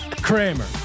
Kramer